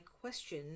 question